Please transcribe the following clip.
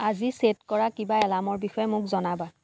আজি চে'ট কৰা কিবা এলাৰ্মৰ বিষয়ে মোক জনাবা